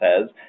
says